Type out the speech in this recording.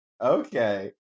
Okay